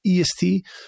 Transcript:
EST